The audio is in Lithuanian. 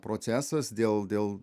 procesas dėl dėl